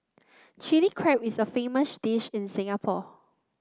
Chilli Crab is a famous dish in Singapore